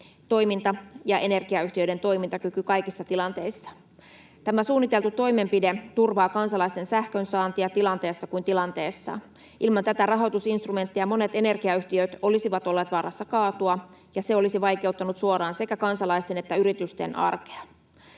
toiminta ja energiayhtiöiden toimintakyky kaikissa tilanteissa. Tämä suunniteltu toimenpide turvaa kansalaisten sähkönsaantia tilanteessa kuin tilanteessa. Ilman tätä rahoitusinstrumenttia monet energiayhtiöt olisivat olleet vaarassa kaatua, ja se olisi vaikeuttanut suoraan sekä kansalaisten että yritysten arkea.